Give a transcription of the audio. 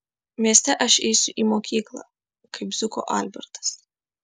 mieste aš eisiu į mokyklą kaip zuko albertas